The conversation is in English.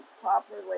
properly